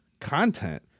content